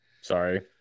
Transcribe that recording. Sorry